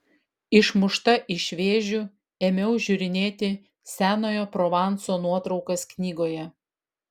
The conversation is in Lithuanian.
išmušta iš vėžių ėmiau žiūrinėti senojo provanso nuotraukas knygoje